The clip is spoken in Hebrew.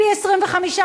פי-25.